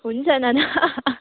हुन्छ नाना